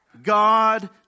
God